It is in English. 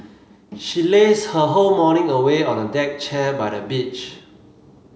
she lazed her whole morning away on a deck chair by the beach